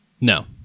No